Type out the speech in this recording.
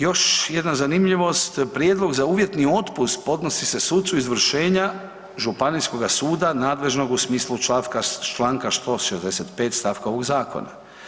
Još jedna zanimljivost, prijedlog za uvjetni otpust podnosi se sucu izvršenja Županijskoga suda nadležnog u smislu članka 165. ovog zakona.